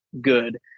good